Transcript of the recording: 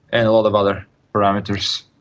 and a lot of other parameters.